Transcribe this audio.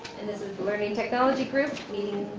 and this is learning technology group meeting,